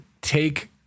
take